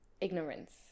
Ignorance